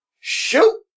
Shoot